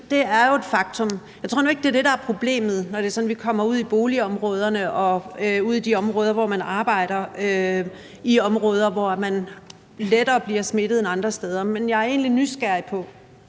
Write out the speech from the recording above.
det er jo et faktum. Jeg tror nu ikke, det er det, der er problemet, når vi kommer ud i boligområderne og ud i de områder, hvor man arbejder, og hvor man lettere bliver smittet end andre steder. Men jeg er egentlig nysgerrig,